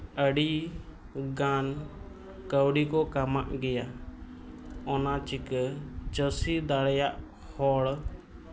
ᱟᱹᱰᱤ ᱜᱟᱱ ᱠᱟᱹᱣᱰᱤ ᱠᱚ ᱠᱟᱢᱟᱜ ᱜᱮᱭᱟ ᱚᱱᱟ ᱪᱤᱠᱟᱹ ᱪᱟᱹᱥᱤ ᱫᱟᱲᱮᱭᱟᱜ ᱦᱚᱲ